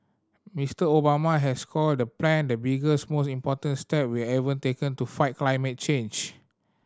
Mister Obama has called the plan the biggest most important step we've ever taken to fight climate change